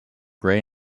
gray